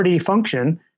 function